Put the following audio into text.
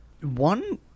One